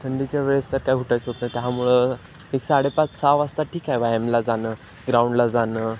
थंडीच्या वेळेस तर काय उठायचं होत नाही त्यामुळं एक साडे पाच सहा वाजता ठीक आहे व्यायामाला जाणं ग्राउंडला जाणं